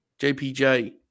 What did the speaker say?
JPJ